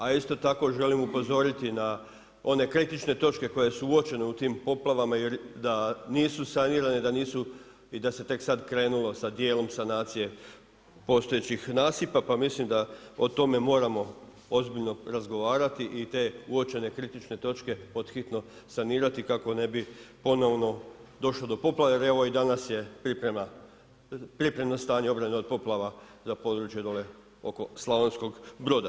A isto tako želim upozoriti na one kritične točke koje su uočene u tim poplavama, da nisu sanirane i da se tek sad krenulo sa djelom sanacije postojećih nasipa pa mislim da o tome moramo ozbiljno razgovarati i te uočene kritične točke pod hitno sanirati kako ne bi ponovno došlo do poplave jer evo i danas je pripremno stanje obrane od poplave za područje dolje oko Slavonskog Broda.